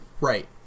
Right